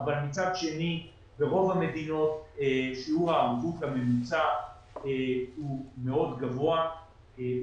אבל מצד שני ברוב המדינות שיעור הערבות הממוצע הוא מאוד גבוה,